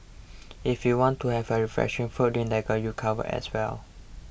if you want to have a refreshing fruit drink they got you covered as well